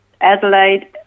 Adelaide